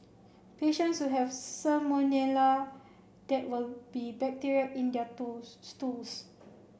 patients who have salmonella there will be bacteria in their tools stools